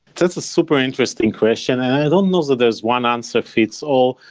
that's a super interesting question. i don't know that there's one-answer-fits-all,